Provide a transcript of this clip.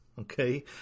okay